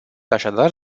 așadar